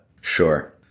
Sure